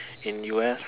in U_S